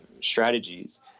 strategies